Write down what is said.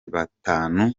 batanu